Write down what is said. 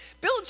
Bill